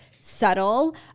subtle